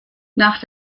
nach